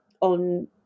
on